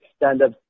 stand-up